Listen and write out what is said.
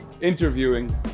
interviewing